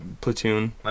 Platoon